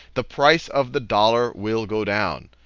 the price of the dollar will go down.